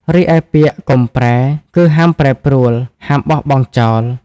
រីឯពាក្យ "កុំប្រែ" គឺហាមប្រែប្រួល ហាមបោះបង់ចោល។